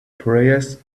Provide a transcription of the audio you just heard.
prayers